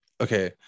okay